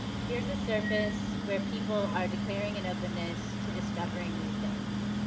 here's a surface where people are declaring an openness to discovering new things,